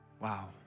wow